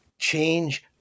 Change